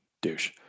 douche